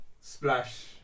Splash